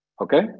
Okay